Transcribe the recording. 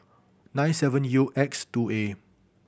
nine seven U X two A